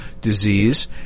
disease